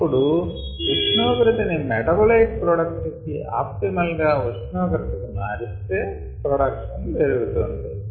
అప్పుడు ఉష్ణోగ్రత ని మెటాబోలైట్ ప్రొడక్షన్ కి ఆప్టిమల్ ఉష్ణోగ్రత కు మారిస్తే ప్రొడక్షన్ పెరుగుతుంది